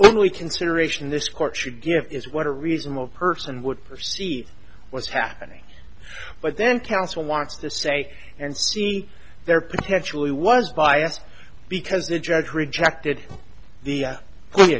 only consideration in this court should give is what a reasonable person would perceive was happening but then counsel wants to say and see there potentially was bias because the judge rejected the